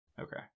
Okay